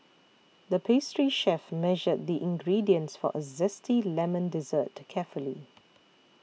the pastry chef measured the ingredients for a Zesty Lemon Dessert carefully